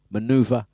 Maneuver